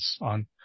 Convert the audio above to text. on